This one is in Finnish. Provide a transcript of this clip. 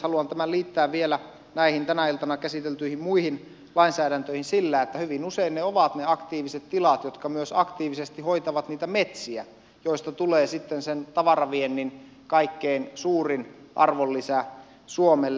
haluan tämän liittää vielä näihin tänä iltana käsiteltyihin muihin lainsäädäntöihin sillä että hyvin usein ne ovat ne aktiiviset tilat jotka myös aktiivisesti hoitavat niitä metsiä joista tulee sen tavaraviennin kaikkein suurin arvonlisä suomelle